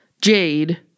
Jade